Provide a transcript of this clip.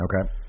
Okay